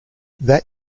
that